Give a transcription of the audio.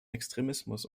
extremismus